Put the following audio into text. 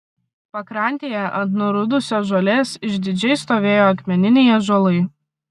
pakrantėje ant nurudusios žolės išdidžiai stovėjo akmeniniai ąžuolai